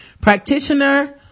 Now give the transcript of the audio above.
Practitioner